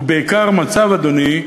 ובעיקר מצב, אדוני,